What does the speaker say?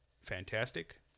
fantastic